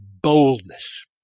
boldness